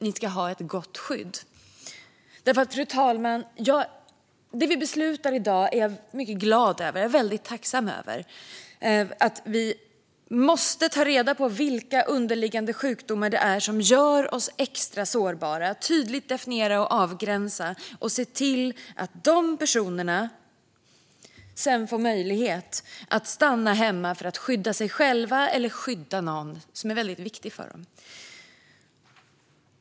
Ni ska ha ett gott skydd. Fru talman! Jag är mycket glad och tacksam över det som vi ska besluta om i dag. Det innebär att vi måste ta reda på vilka underliggande sjukdomar som gör människor extra sårbara. Detta måste tydligt definieras och avgränsas för att vi ska se till att dessa personer sedan får möjlighet att stanna hemma för att skydda sig själva eller skydda någon som är mycket viktig för dem.